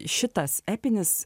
šitas epinis